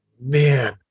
man